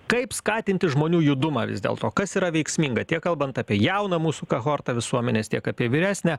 kaip skatinti žmonių judumą vis dėl to kas yra veiksminga tiek kalbant apie jauną mūsų kohortą visuomenės tiek apie vyresnę